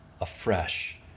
afresh